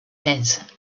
head